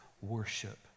worship